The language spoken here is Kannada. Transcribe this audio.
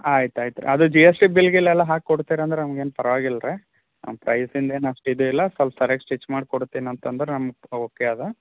ಆಯ್ತು ಆಯಿತ್ರ ಅದು ಜಿ ಎಸ್ ಟಿ ಬಿಲ್ ಗಿಲ್ ಎಲ್ಲ ಹಾಕಿ ಕೊಡ್ತೀರಿ ಅಂದ್ರೆ ನಮ್ಗೇನು ಪರ್ವಾಗಿಲ್ಲ ರೀ ಪ್ರೈಸಿಂದು ಏನು ಅಷ್ಟು ಇದುಯಿಲ್ಲ ಸ್ವಲ್ಪ ಸರಿಯಾಗ್ ಸ್ಟಿಚ್ ಮಾಡಿ ಕೊಡ್ತೀನಿ ಅಂತ ಅಂದ್ರು ನಮ್ಗೆ ಓಕೆ ಅದಾ